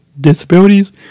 disabilities